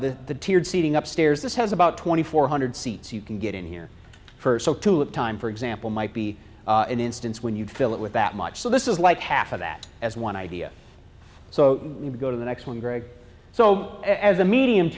and the the seating upstairs this has about twenty four hundred seats you can get in here for so to have time for example might be an instance when you fill it with that much so this is like half of that as one idea so you go to the next one greg so as a medium